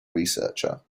researcher